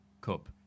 cup